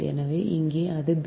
எனவே இங்கே அது b